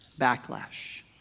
backlash